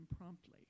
promptly